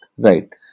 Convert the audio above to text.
Right